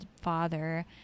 father